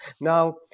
Now